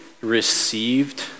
received